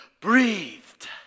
breathed